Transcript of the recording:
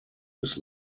his